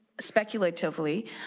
speculatively